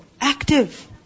active